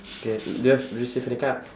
K do you have receive any card